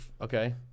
okay